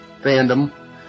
fandom